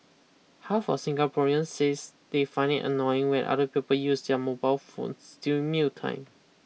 half of Singaporeans says they find it annoying when other people use their mobile phones during mealtime